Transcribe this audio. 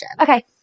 Okay